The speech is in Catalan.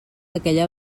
aquella